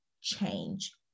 change